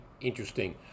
interesting